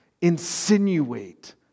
insinuate